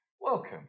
welcome